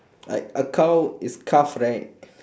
like a cow is calf right